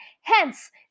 Hence